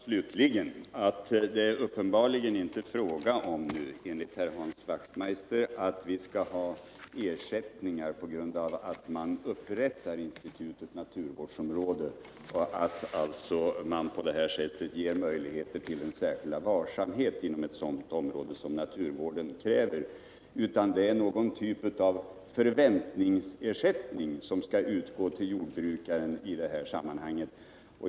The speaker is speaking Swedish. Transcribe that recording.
Herr talman! Jag konstaterar bara slutligen att det nu uppenbarligen inte är fråga om, enligt herr Hans Wachtmeister, att vi skall ha ersättningar på grund av att man upprättar institutet naturvårdsområde och att man alltså på detta sätt ger möjligheter till den särskilda varsamhet inom ett sådant område som naturvården kräver, utan det är fråga om någon typ av förväntningsersättning som skall utgå till jordbrukaren i detta sammanhang.